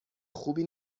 خوبی